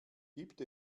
gibt